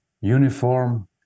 uniform